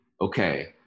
Okay